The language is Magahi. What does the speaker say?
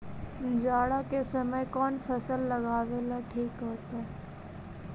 जाड़ा के समय कौन फसल लगावेला ठिक होतइ?